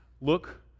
look